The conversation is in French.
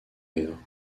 rire